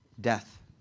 Death